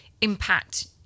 impact